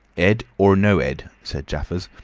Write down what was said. ed or no ed, said jaffers,